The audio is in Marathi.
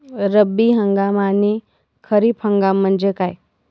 रब्बी हंगाम आणि खरीप हंगाम म्हणजे काय?